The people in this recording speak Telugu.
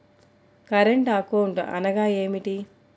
కరెంట్ అకౌంట్ అనగా ఏమిటి?